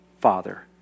father